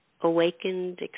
awakened